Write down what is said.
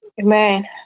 amen